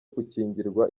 gukingirwa